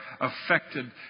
affected